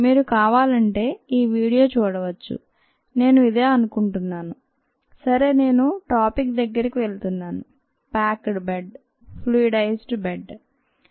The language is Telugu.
మీరు కావాలంటే ఈ వీడియో చూడవచ్చు నేను ఇదే అనుకుంటున్నాను సరే నేను టాపిక్ దగ్గరకు వెళ్తున్నాను packed bed fluidized bed refer సమయం 3013